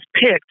picked